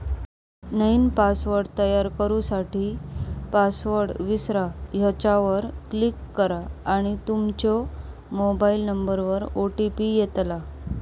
नईन पासवर्ड तयार करू साठी, पासवर्ड विसरा ह्येच्यावर क्लीक करा आणि तूमच्या मोबाइल नंबरवर ओ.टी.पी येता